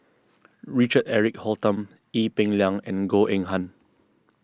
Richard Eric Holttum Ee Peng Liang and Goh Eng Han